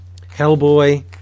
Hellboy